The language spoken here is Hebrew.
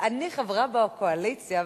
אני חברה בקואליציה,